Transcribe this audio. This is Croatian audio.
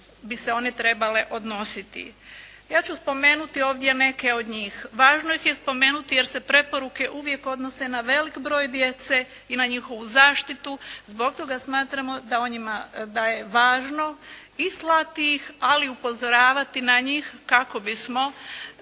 bi se one trebale odnositi. Ja ću spomenuti ovdje neke od njih. Važno ih je spomenuti jer se preporuke uvijek odnose na veliki broj djece i na njihovu zaštitu, zbog toga smatramo da o njima, da je važno i slati ih, ali upozoravati na njih, kako bismo datim